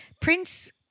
Prince